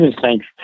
Thanks